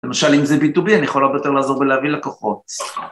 למשל אם זה B2B אני יכול הרבה יותר לעזור בלהביא לקוחות.